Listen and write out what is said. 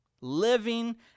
living